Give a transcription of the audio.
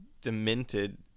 demented